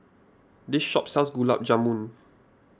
this shop sells Gulab Jamun